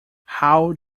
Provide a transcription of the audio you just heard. how